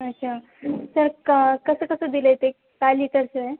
अच्छा तर क कसं कसं दिलं आहे ते काय लिटरचं आहे